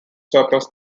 suppress